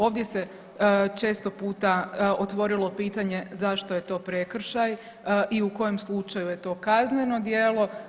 Ovdje se često puta otvorilo pitanje zašto je to prekršaj i u kojem slučaju je to kazneno djelo.